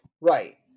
Right